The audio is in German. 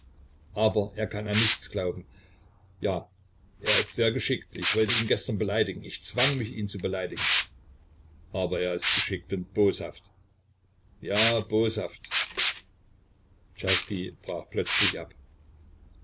aber er kann an nichts glauben ja er ist sehr geschickt ich wollte ihn gestern beleidigen ich zwang mich ihn zu beleidigen aber er ist geschickt und boshaft ja boshaft czerski brach plötzlich ab